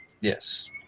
Yes